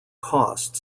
cost